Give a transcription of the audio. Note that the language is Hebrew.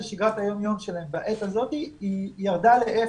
שגרת היום יום שלהם בעת הזאת היא ירדה לאפס.